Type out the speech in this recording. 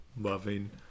loving